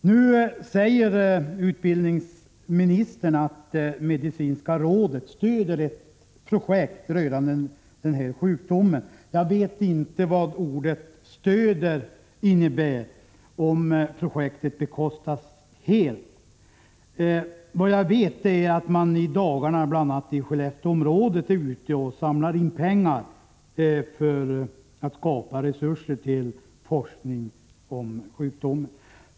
Nu säger utbildningsministern att medicinska rådet stöder ett projekt rörande den här sjukdomen. Jag vet inte vad ordet ”stöder” innebär — om projektet bekostas helt eller inte. Vad jag vet är att man i Skellefteområdet är ute och samlar in pengar för att få resurser till forskning om sjukdomen.